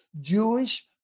Jewish